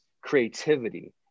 creativity